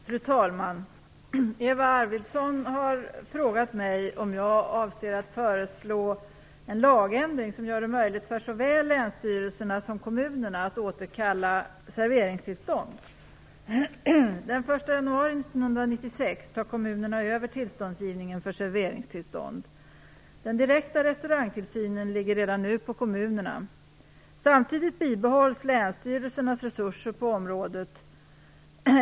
Fru talman! Eva Arvidsson har frågat mig om jag avser att föreslå en lagändring som gör det möjligt för såväl länsstyrelserna som kommunerna att återkalla serveringstillstånd. Den 1 januari 1996 tar kommunerna över tillståndsgivningen för serveringstillstånd. Den direkta restaurangtillsynen ligger redan nu på kommunerna. Samtidigt bibehålls länsstyrelsernas resurser på området.